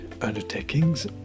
undertakings